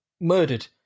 murdered